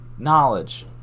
Knowledge